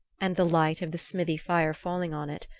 and the light of the smithy fire falling on it,